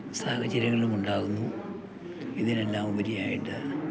സാഹചര്യങ്ങളും ഉണ്ടാകുന്നു ഇതിനെല്ലാം ഉപരിയായിട്ട്